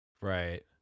Right